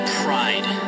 pride